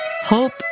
hope